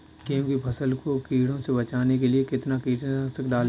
गेहूँ की फसल को कीड़ों से बचाने के लिए कितना कीटनाशक डालें?